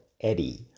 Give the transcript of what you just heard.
Eddie